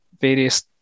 various